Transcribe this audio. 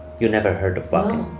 you never heard of but